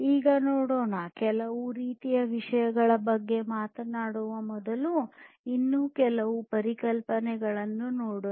ಈಗ ನಾವು ಕೆಲವು ಇತರ ವಿಷಯಗಳ ಬಗ್ಗೆ ಮಾತನಾಡುವ ಮೊದಲು ಇನ್ನೂ ಕೆಲವು ಪರಿಕಲ್ಪನೆಗಳನ್ನು ನೋಡೋಣ